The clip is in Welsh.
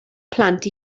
plant